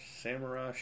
Samurai